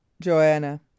joanna